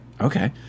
Okay